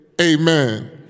Amen